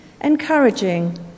encouraging